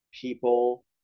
people